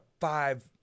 five